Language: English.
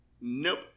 nope